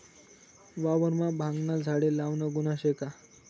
वावरमा भांगना झाडे लावनं गुन्हा शे का?